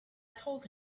told